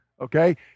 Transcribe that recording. okay